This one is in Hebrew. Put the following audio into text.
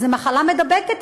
זו מחלה מידבקת,